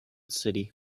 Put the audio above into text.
city